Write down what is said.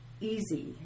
easy